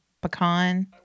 pecan